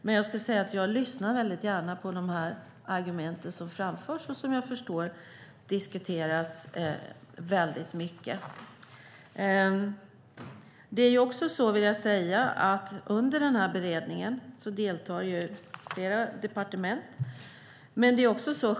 Men jag lyssnar gärna på de argument som framförs och som jag förstår diskuteras mycket. I beredningen deltar flera departement.